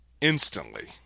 Instantly